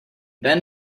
then